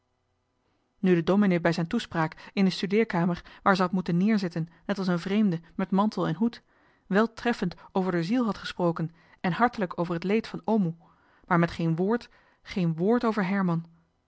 nu de domenee bij zijn toespraak in de studeerkamer waar ze had moeten neerzitten net als een vreemde met mantel en hoed wel treffend over d'er ziel had gesproken en hartelijk over het leed van o'moe maar met geen woord geen woord over herman